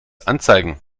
anzeigen